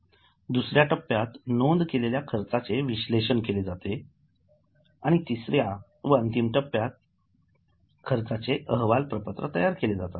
दुसऱ्या टप्प्यात नोंद' केलेल्या खर्चाचे विश्लेषण केले जाते आणि तिसऱ्या अंतिम टप्य्यात खर्चाचे अहवाल प्रपत्र तयार केली जातात